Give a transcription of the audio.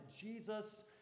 Jesus